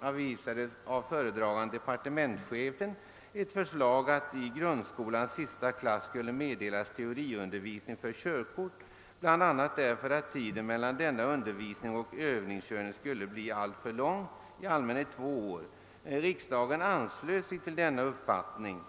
avvisade föredragande departementschefen ett förslag att i grundskolans sista klass skulle meddelas teoriundervisning för körkort, bl.a. därför att tiden mellan denna undervisning och övningskörningen skulle bli alltför lång — i allmänhet två år. Riksdagen anslöt sig till denna uppfattning.